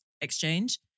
exchange